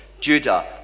Judah